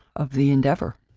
of the endeavor?